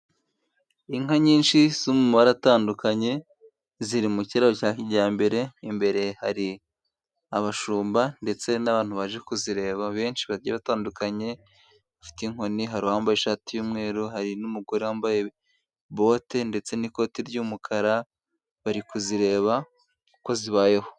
Inka nyinshi zo mu mabara atandukanye ziri mu kiraro cya kijyambere. Imbere hari abashumba ndetse n'abantu baje kuzireba benshi bagiye batandukanye bafite inkoni. Hari uwambaye ishati y'umweru, hari n'umugore wambaye bote ndetse n'ikote ry'umukara. Bari kuzireba uko zibayeho.